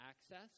access